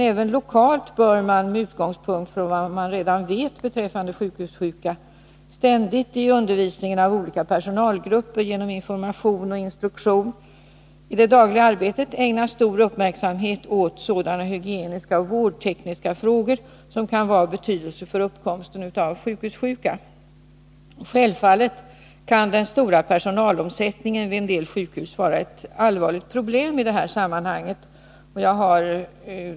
Även lokalt bör man — med utgångspunkt i det man redan vet beträffande sjukhussjukan — ständigt i undervisningen av olika personalgrupper, genom information och instruktion i det dagliga arbetet ägna stor uppmärksamhet åt sådana hygieniska och vårdtekniska frågor som kan vara av betydelse för uppkomsten av sjukhussjuka. Den stora personalomsättningen kan självfallet vid en del sjukhus utgöra ett allvarligt problem i det här sammanhanget.